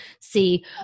see